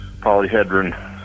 polyhedron